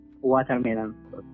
watermelon